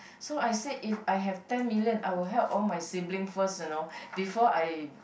so I said if I have ten million I will help all my siblings first you know before I